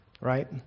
right